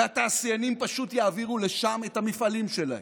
והתעשיינים פשוט יעבירו לשם את המפעלים שלהם.